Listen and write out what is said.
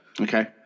Okay